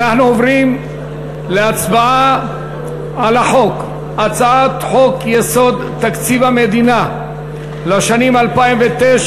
אנחנו עוברים להצבעה על הצעת חוק-יסוד: תקציב המדינה לשנים 2009